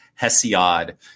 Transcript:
Hesiod